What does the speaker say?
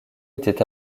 était